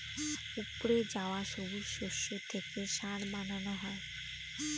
উপড়ে যাওয়া সবুজ শস্য থেকে সার বানানো হয়